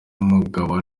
umugabo